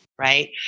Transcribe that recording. right